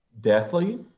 deathly